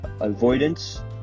avoidance